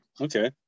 Okay